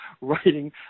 writing